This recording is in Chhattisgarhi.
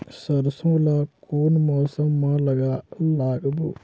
सरसो ला कोन मौसम मा लागबो?